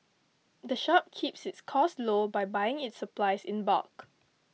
the shop keeps its costs low by buying its supplies in bulk